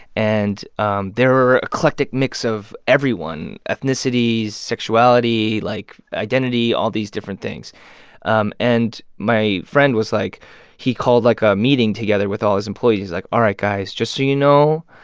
and um there were an eclectic mix of everyone ethnicities, sexualities, like identity, all these different things um and my friend was like he called like a meeting together with all his employees. like all right, guys, just so you know,